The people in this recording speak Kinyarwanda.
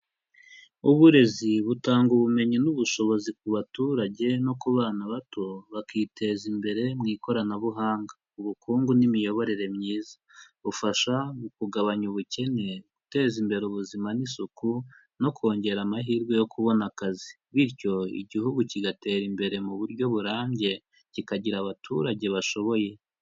Uburezi butanga ubumenyi n'ubushobozi ku baturage no ku bana bato bakiteza imbere mu ikoranabuhanga, ubukungu n'imiyoborere myiza, bufasha mu kugabanya ubukene, guteza imbere ubuzima n'isuku no kongera amahirwe yo kubona akazi, bityo igihugu kigatera imbere mu buryo burambye kikagira abaturage bashoboye.